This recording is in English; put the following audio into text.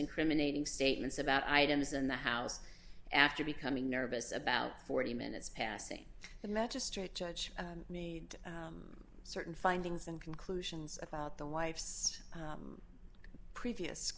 incriminating statements about items in the house after becoming nervous about forty minutes passing the magistrate judge me certain findings and conclusions about the wife's previous